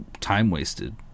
time-wasted